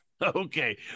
Okay